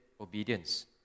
obedience